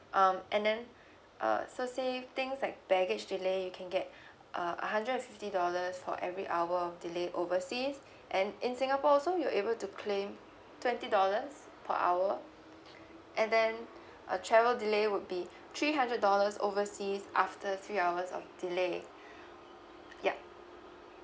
um and then uh so say things like baggage delay you can get a a hundred and fifty dollars for every hour of delay overseas and in singapore also you'll able to claim twenty dollars per hour and then a travel delay would be three hundred dollars overseas after three hours of delay yup